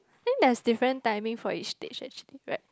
it has different timing for each stage actually right